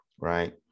Right